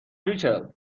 ریچل